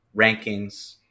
rankings